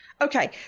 Okay